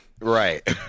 right